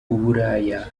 uburaya